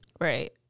Right